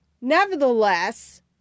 Nevertheless